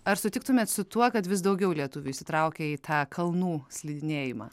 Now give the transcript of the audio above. ar sutiktumėte su tuo kad vis daugiau lietuvių įsitraukia į tą kalnų slidinėjimą